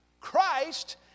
Christ